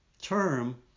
term